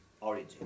origin